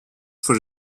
for